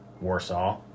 Warsaw